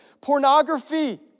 Pornography